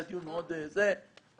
היה דיון מאוד המשרד,